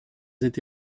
été